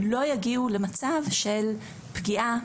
לא יגיעו למצב של פגיעה,